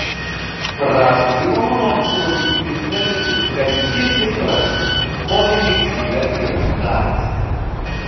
prašo dievo malonės ir augintiniui feliksui kad jis suprastų kokią niekšybę yra padaręs